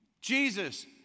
Jesus